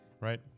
right